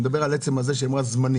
אני מדבר על כך שהיא אמרה "זמני".